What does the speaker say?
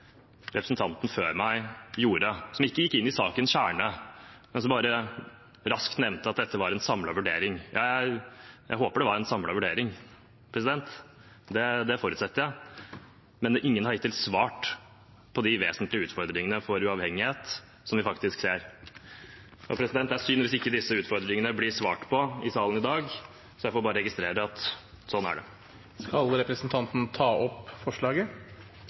representanten før meg gjorde, som ikke gikk inn i sakens kjerne, men som bare raskt nevnte at dette var en samlet vurdering. Jeg håper det var en samlet vurdering – det forutsetter jeg – men ingen har hittil svart på de vesentlige utfordringene når det gjelder uavhengighet, som vi faktisk ser. Det er synd hvis ikke disse utfordringene blir svart på i salen i dag. Jeg får bare registrere at slik er det. Representanten Freddy André Øvstegård har tatt opp det forslaget